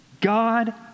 God